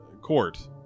court